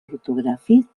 ortogràfic